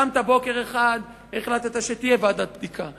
קמת בוקר אחד והחלטת שתהיה ועדת בדיקה.